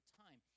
time